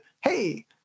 hey